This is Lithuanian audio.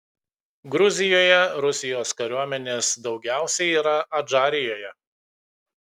gruzijoje rusijos kariuomenės daugiausiai yra adžarijoje